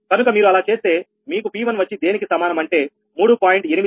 కనుక మీరు అలా చేస్తే మీకు P1 వచ్చి దేనికి సమానం అంటే 3